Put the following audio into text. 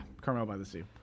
Carmel-by-the-Sea